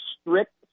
strict